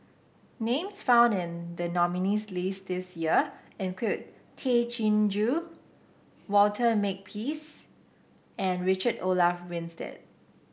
names found in the nominees' list this year include Tay Chin Joo Walter Makepeace and Richard Olaf Winstedt